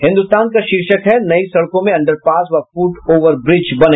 हिन्दुस्तान का शीर्षक है नई सड़कों में अंडर पास व फुटओवर ब्रिज बने